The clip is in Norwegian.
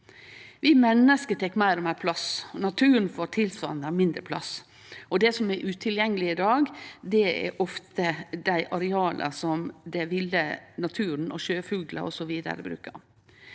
Vi menneske tek meir og meir plass, og naturen får tilsvarande mindre plass. Det som er utilgjengeleg i dag, er ofte dei areala som den ville naturen og sjøfuglar osv. brukar.